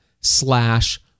slash